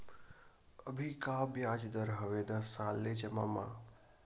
अभी का ब्याज दर हवे दस साल ले जमा मा?